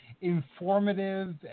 informative